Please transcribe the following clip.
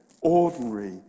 ordinary